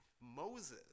Moses